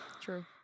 true